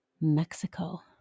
Mexico